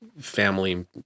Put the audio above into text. family